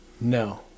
No